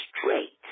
straight